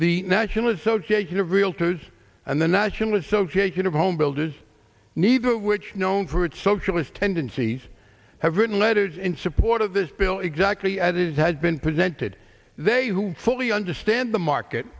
the national association of realtors and the national association of home builders need it which known for its socialist tendencies have written letters in support of this bill exactly as it has been presented they who fully understand the market